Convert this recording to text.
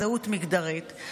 זהות מגדרית.